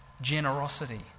generosity